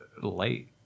late